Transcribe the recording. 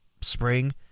spring